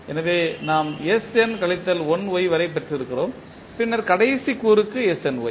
எனவே நாம் sn கழித்தல் 1Y வரை பெற்றிருக்கிறோம் பின்னர் கடைசி கூறுக்கு snY